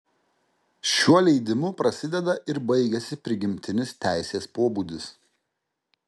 šiuo leidimu prasideda ir baigiasi prigimtinis teisės pobūdis